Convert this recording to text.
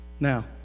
Now